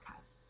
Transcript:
podcast